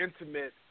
intimate